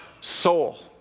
soul